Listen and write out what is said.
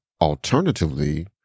alternatively